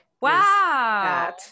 Wow